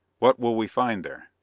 what will we find there?